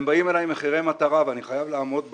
הם באים אליי עם מחירי מטרה, ואני חייב לעמוד בהם.